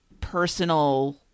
personal